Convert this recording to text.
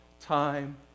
time